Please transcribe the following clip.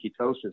ketosis